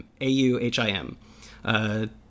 A-U-H-I-M